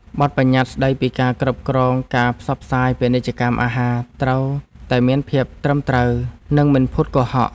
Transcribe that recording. បទប្បញ្ញត្តិស្ដីពីការគ្រប់គ្រងការផ្សព្វផ្សាយពាណិជ្ជកម្មអាហារត្រូវតែមានភាពត្រឹមត្រូវ និងមិនភូតកុហក។